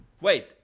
Wait